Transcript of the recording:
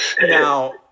Now